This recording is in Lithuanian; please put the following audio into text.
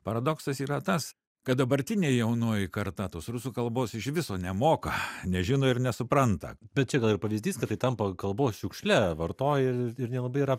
paradoksas yra tas kad dabartinė jaunoji karta tos rusų kalbos iš viso nemoka nežino ir nesupranta bet čia gal ir pavyzdys kad tai tampa kalbos šiukšle vartoji ir ir nelabai yra